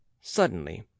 Suddenly